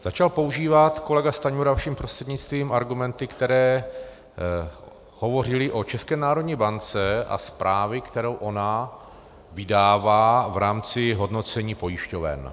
Začal používat kolega Stanjura vaším prostřednictvím argumenty, které hovořily o České národní bance a zprávě, kterou ona vydává v rámci hodnocení pojišťoven.